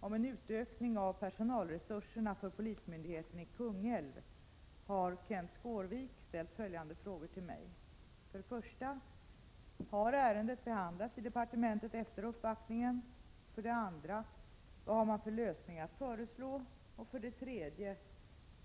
om en utökning av personalresurserna för polismyndigheten i Kungälv har Kenth Skårvik ställt följande frågor till mig: 1. Har ärendet behandlats i departementet efter uppvaktningen? 2. Vad har man för lösning att föreslå? 3.